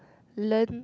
learn